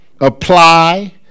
apply